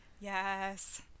Yes